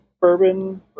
Bourbon